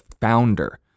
founder